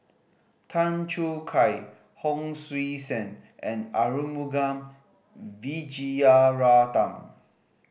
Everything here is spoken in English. Tan Choo Kai Hon Sui Sen and Arumugam Vijiaratnam